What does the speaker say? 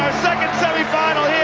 second semifinal